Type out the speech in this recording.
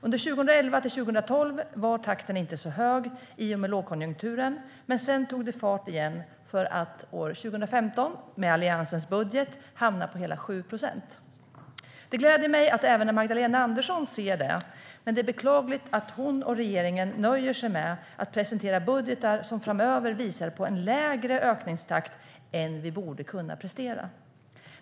Under 2011-2012 var takten inte så hög i och med lågkonjunkturen, men sedan tog det fart igen för att år 2015 - med Alliansens budget - hamna på hela 7 procent. Det gläder mig att även Magdalena Andersson ser det, men det är beklagligt att hon och regeringen nöjer sig med att presentera budgetar som framöver visar på en lägre ökningstakt än vad vi borde kunna prestera.